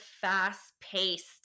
fast-paced